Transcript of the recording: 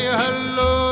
hello